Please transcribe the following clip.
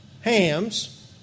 Ham's